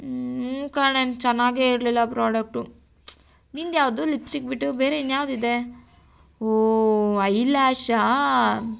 ಹ್ಞೂ ಕಣೇ ಚೆನ್ನಾಗೇ ಇರಲಿಲ್ಲ ಪ್ರೋಡಕ್ಟು ನಿನ್ನದ್ ಯಾವುದು ಲಿಪ್ಸ್ಟಿಕ್ ಬಿಟ್ಟು ಬೇರೆ ಇನ್ನು ಯಾವುದಿದೆ ಹೋ ಐ ಲ್ಯಾಶಾ